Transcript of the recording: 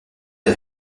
des